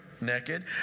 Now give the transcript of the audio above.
naked